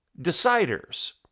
deciders